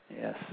yes